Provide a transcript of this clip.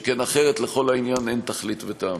שכן אחרת לכל העניין אין תכלית וטעם.